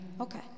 Okay